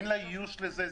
אין לה איוש לזה.